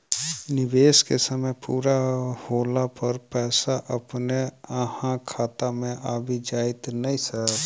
निवेश केँ समय पूरा होला पर पैसा अपने अहाँ खाता मे आबि जाइत नै सर?